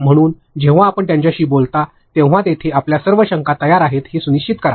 म्हणून जेव्हा आपण त्यांच्याशी बोलता तेव्हा तेथे आपल्या सर्व शंका तयार आहेत हे सुनिश्चित करा